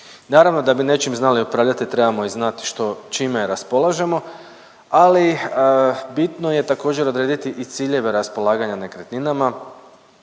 Naravno da bi nečim znali upravljati trebamo i znati što čime raspolažemo, ali bitno je također odrediti i ciljeve raspolaganja nekretninama,